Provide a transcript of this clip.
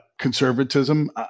conservatism